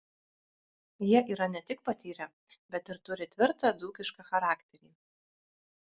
jie yra ne tik patyrę bet ir turi tvirtą dzūkišką charakterį